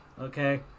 Okay